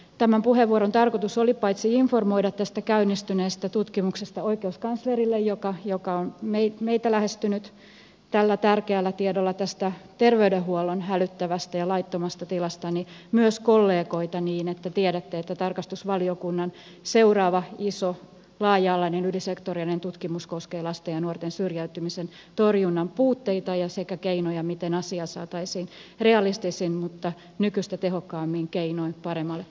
tämän puheenvuoron tarkoitus oli informoida tästä käynnistyneestä tutkimuksesta paitsi oikeuskansleria joka on meitä lähestynyt tällä tärkeällä tiedolla terveydenhuollon hälyttävästä ja laittomasta tilasta myös kollegoita niin että tiedätte että tarkastusvaliokunnan seuraava iso laaja alainen ylisektorinen tutkimus koskee lasten ja nuorten syrjäytymisen torjunnan puutteita sekä keinoja miten asia saataisiin realistisin mutta nykyistä tehokkaammin keinoin paremmalle tolalle